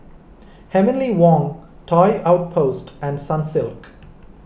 Heavenly Wang Toy Outpost and Sunsilk